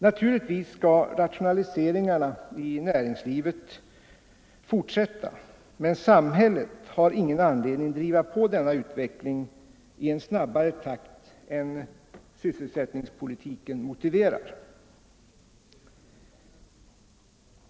Naturligtvis skall rationaliseringarna i näringslivet fortsätta, men samhället har ingen anledning att driva på denna utveckling i snabbare takt än sysselsättningspolitiken motiverar.